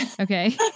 Okay